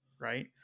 right